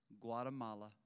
Guatemala